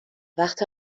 وقت